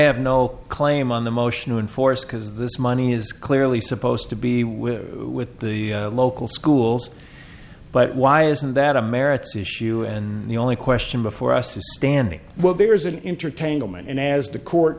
have no claim on the motion to enforce because this money is clearly supposed to be with with the local schools but why isn't that a merits issue and the only question before us is standing well there is an entertainment and as the court